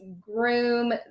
groom